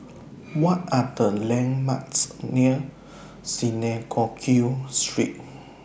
What Are The landmarks near Synagogue Street